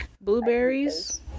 blueberries